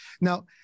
Now